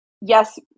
yes